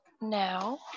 now